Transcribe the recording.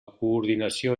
coordinació